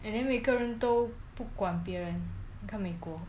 and then 每个人都不管别人你看美国